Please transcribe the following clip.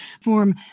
form